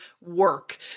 work